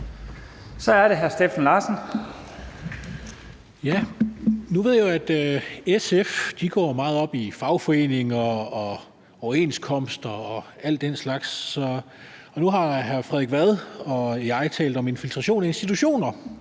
Jeg ved jo, at SF går meget op i fagforeninger og overenskomster og al den slags, og nu har hr. Frederik Vad og jeg talt om infiltration af institutioner.